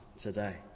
today